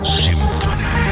symphony